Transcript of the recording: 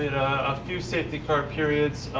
a few safety car periods.